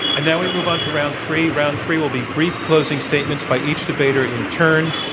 and now we move on to round three. round three will be brief closing statements by each debater in turn.